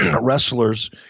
Wrestlers